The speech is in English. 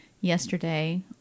yesterday